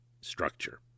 structure